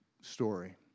story